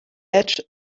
edge